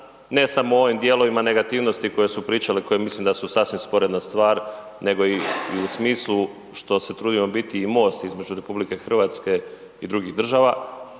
ne samo u ovim dijelovima negativnosti koje su pričali, koje mislim da su sasvim sporedna stvar, nego i u smislu što se trudimo biti i most između RH i drugih država.